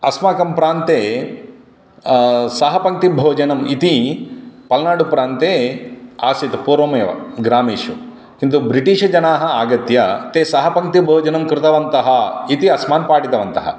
अस्माकं प्रान्ते सहपङ्क्तिभोजनम् इति तमिल्नाडुप्रान्ते आसीत् पूर्वमेव ग्रामेषु किन्तु ब्रिटिश् जनाः आगत्य ते सहपङ्क्तिभोजनं कृतवन्तः इति अस्मान् पाठितवन्तः